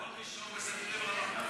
כל 1 בספטמבר אנחנו מופתעים.